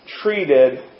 treated